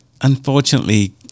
unfortunately